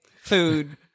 food